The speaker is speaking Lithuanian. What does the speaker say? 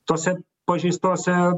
tose pažeistose